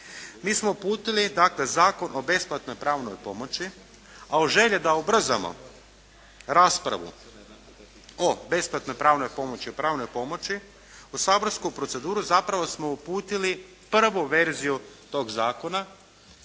Mi smo uputili dakle Zakon o besplatnoj pravnoj pomoć a u želji da ubrzamo raspravu o besplatnoj pravnoj pomoći, o pravnoj pomoći u saborsku proceduru zapravo smo uputili prvu verziju tog zakona,